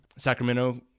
Sacramento